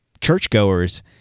churchgoers